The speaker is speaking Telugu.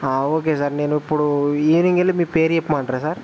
ఓకే సార్ నేను ఇప్పుడు ఈవినింగ్ వెళ్ళి మీ పేరు చెప్పమంటరా సార్